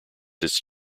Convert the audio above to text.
its